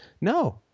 no